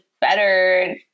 better